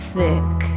Thick